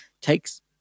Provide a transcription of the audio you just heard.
takes